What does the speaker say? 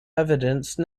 evidence